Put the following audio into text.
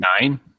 Nine